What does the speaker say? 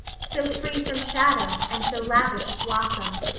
so free from shadow and so lavish of blossom.